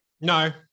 No